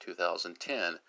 2010